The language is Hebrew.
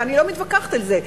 ואני לא מתווכחת על זה.